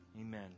Amen